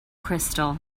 crystal